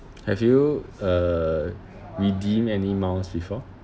have you err redeem any miles before